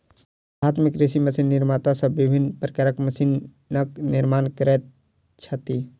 भारत मे कृषि मशीन निर्माता सब विभिन्न प्रकारक मशीनक निर्माण करैत छथि